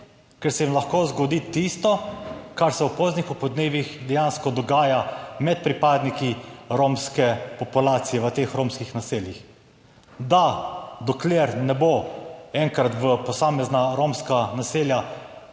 ker se jim lahko zgodi tisto, kar se v poznih popoldnevih dejansko dogaja med pripadniki romske populacije v teh romskih naseljih. Da dokler ne bo enkrat v posamezna romska naselja